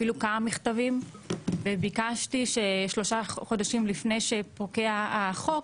אפילו כמה מכתבים וביקשתי ששלושה חודשים לפני שפוקע החוק,